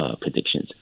predictions